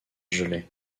gelais